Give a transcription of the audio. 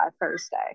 Thursday